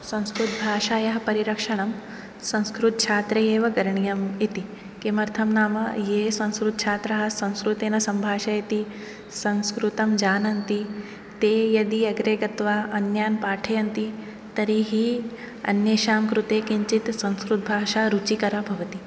संस्कृतभाषायाः परिरक्षणं संस्कृतछात्रैः एव करणीयम् इति किमर्थं नाम ये संस्कृतछात्राः संस्कृतेन सम्भाषयति संस्कृतं जानन्ति ते यदि अग्रे गत्वा अन्यान् पाठयन्ति तर्हि अन्येषां कृते किञ्चित् संस्कृतभाषा रुचिकरा भवति